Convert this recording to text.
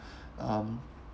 um